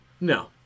No